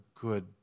good